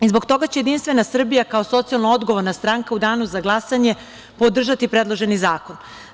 Zbog toga će Jedinstvena Srbija, kao socijalno odgovorna stranka, u Danu za glasanje podržati predloženi zakon.